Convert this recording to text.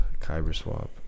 KyberSwap